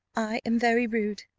i am very rude,